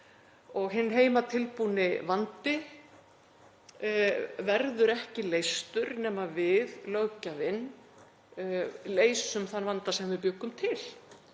Hinn heimatilbúni vandi verður ekki leystur nema við, löggjafinn, leysum þann vanda sem við bjuggum til